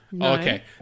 Okay